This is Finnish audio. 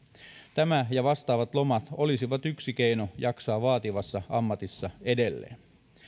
tämä ja vastaavat lomat olisivat yksi keino jaksaa vaativassa ammatissa edelleen